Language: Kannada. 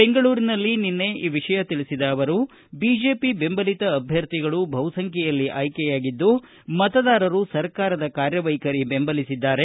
ಬೆಂಗಳೂರಿನಲ್ಲಿ ನಿನ್ನೆ ಈ ವಿಷಯ ತಿಳಿಸಿದ ಅವರು ಬಿಜೆಪಿ ಬೆಂಬಲಿತ ಅಭ್ಯರ್ಥಿಗಳು ಬಹುಸಂಖ್ಯೆಯಲ್ಲಿ ಆಯ್ಕೆಯಾಗಿದ್ದು ಮತದಾರರು ಸರ್ಕಾರದ ಕಾರ್ಯವೈಖರಿ ಬೆಂಬಲಿಸಿದ್ದಾರೆ